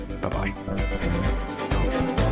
bye-bye